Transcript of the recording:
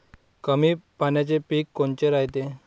कमी पाण्याचे पीक कोनचे रायते?